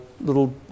little